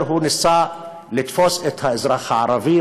הוא ניסה לתפוס את האזרח הערבי,